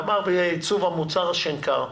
גמר עיצוב המוצר בשנקר.